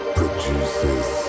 produces